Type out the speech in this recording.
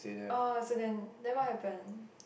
oh so then then what happened